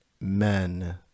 men